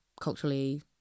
culturally